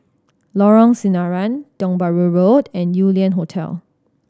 Lorong Sinaran Tiong Bahru Road and Yew Lian Hotel